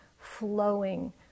flowing